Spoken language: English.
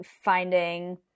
finding